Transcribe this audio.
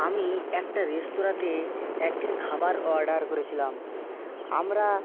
আমি একটা রেস্তরাঁতে একদিন খাবার অর্ডার করেছিলাম আমরা